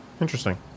Interesting